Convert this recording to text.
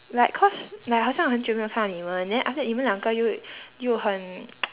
like cause like 好像很久没有看到你们 then after that 你们两个又又很